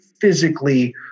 physically